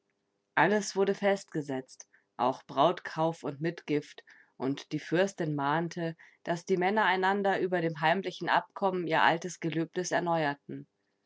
alles wurde festgesetzt auch brautkauf und mitgift und die fürstin mahnte daß die männer einander über dem heimlichen abkommen ihr altes gelöbnis erneuten